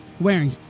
wearing